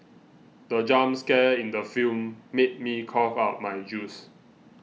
the jump scare in the film made me cough out my juice